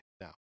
now